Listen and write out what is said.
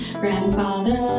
grandfather